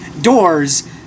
doors